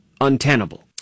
untenable